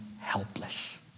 helpless